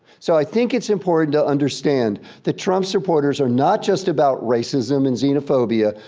so i think it's important to understand that trump supporters are not just about racism and xenophobia,